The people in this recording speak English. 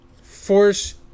force